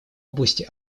области